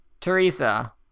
Teresa